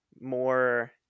more